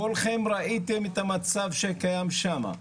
כולכם ראיתם את המצב שקיים שם.